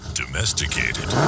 domesticated